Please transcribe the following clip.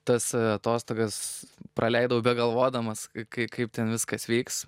tas atostogas praleidau begalvodamas kai kaip ten viskas vyks